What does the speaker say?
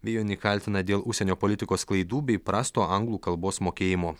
vėjonį kaltina dėl užsienio politikos klaidų bei prasto anglų kalbos mokėjimo